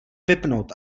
vypnout